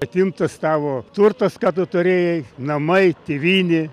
atimtas tavo turtas ką tu turėjai namai tėvynė